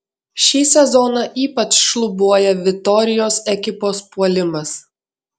šį sezoną ypač šlubuoja vitorijos ekipos puolimas